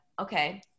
okay